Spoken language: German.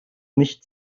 nicht